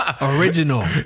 Original